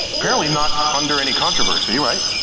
apparently, not ah under any controversy, right?